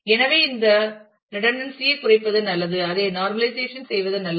எனவே இந்த ரெடுண்டன்ஸி ஐ குறைப்பது நல்லது அதை நார்மல்லைசேஷன் செய்வது நல்லது